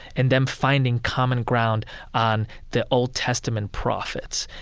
and them finding common ground on the old testament prophets,